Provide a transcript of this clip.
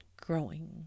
growing